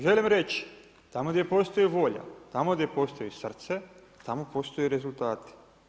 Želim reći, tamo gdje postoji volja, tamo gdje postoji srce, tamo postoje rezultati.